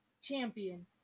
Champion